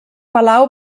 palau